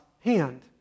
hand